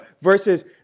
versus